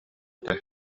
этэ